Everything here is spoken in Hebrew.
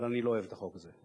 אבל אני לא אוהב את החוק הזה.